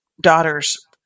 daughter's